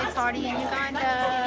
party in uganda.